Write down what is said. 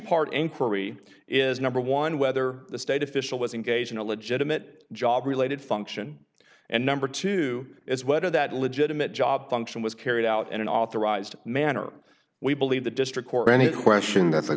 part inquiry is number one whether the state official was engaged in a legitimate job related function and number two is whether that legitimate job function was carried out in an authorized manner we believe the district court any question that the